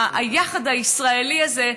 היחד הישראלי הזה,